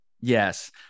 yes